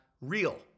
real